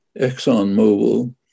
ExxonMobil